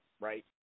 right